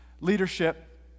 leadership